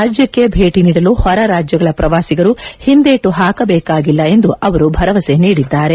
ರಾಜ್ಯಕ್ಷೆ ಭೇಟಿ ನೀಡಲು ಹೊರ ರಾಜ್ಯಗಳ ಪ್ರವಾಸಿಗರು ಹಿಂದೇಟು ಹಾಕಬೇಕಾಗಿಲ್ಲ ಎಂದು ಅವರು ಭರವಸೆ ನೀಡಿದ್ದಾರೆ